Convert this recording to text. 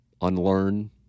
unlearn